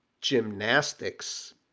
gymnastics